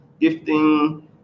gifting